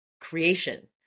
creation